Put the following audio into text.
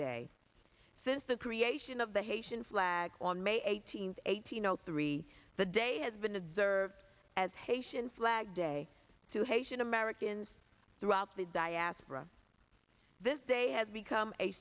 day since the creation of the haitian flag on may eighteenth eighteen o three the day has been observed as haitian flag day to haitian americans throughout the diaspora this day has become a